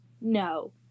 no